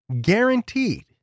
guaranteed